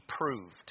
proved